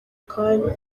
kanya